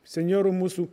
senjorų mūsų